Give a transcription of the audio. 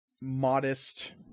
modest